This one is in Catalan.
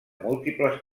múltiples